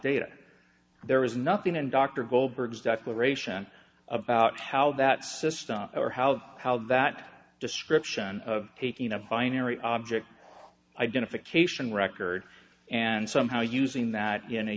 data there is nothing in dr goldberg's declaration about how that system or how how that description of taking a binary object identification record and somehow using that in a